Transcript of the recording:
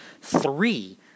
three